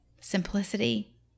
simplicity